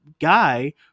guy